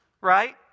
right